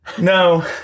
No